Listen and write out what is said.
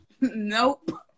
nope